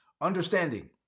understanding